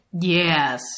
Yes